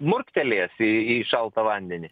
murktelėjęs į į šaltą vandenį